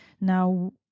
now